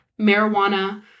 marijuana